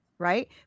Right